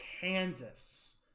kansas